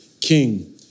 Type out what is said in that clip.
king